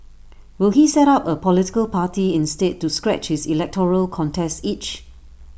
will he set up A political party instead to scratch his electoral contest itch